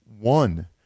one